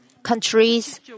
countries